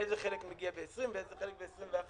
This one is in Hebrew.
איזה חלק מגיע ב-20' ואיזה חלק ב-21',